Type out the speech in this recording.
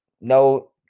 no